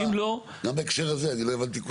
לא, לא, גם בהקשר הזה, אני לא הבנתי.